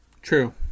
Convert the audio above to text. True